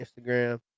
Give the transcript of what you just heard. Instagram